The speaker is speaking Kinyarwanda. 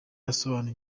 yasohoye